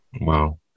wow